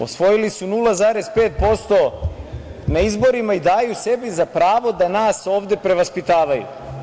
Osvojili su 0,5% na izborima i daju sebi za pravo da nas ovde prevaspitavaju.